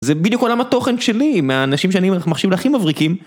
זה בדיוק עולם התוכן שלי, מהאנשים שאני מחשיב להכי מבריקים.